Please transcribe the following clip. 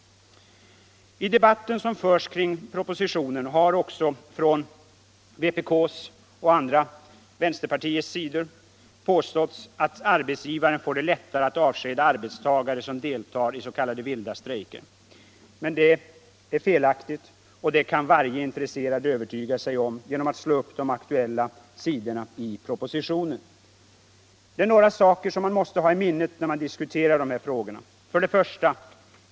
I debatten som förts kring propositionen har också från vänsterpartiet kommunisterna och andra vänsterpartiers sidor påståtts att arbetsgivaren får det lättare att avskeda arbetstagare som deltar i s.k. vilda strejker. Men det är lögn. Det kan varje intresserad övertyga sig om genom att slå upp de aktuella sidorna i propositionen. Det är några saker som man måste hålla i minnet när man diskuterar dessa frågor.